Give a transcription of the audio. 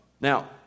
Now